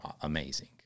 amazing